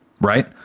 right